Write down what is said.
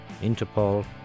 Interpol